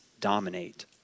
dominate